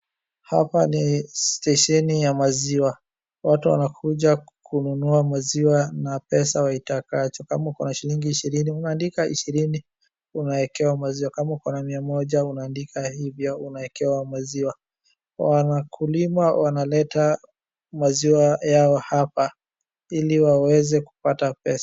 Hapa ni stasheni ya maziwa. Watu wanakuja kununua maziwa na pesa waitakacho. Kama ukona shilingi ishirini unaandika ishirini unaekewa mawziwa, kama ukona shilingi mia moja unaandika hivyo unaekewa maziwa. Wakulima wanaleta maziwa yao hapa ili waweze kupata pesa.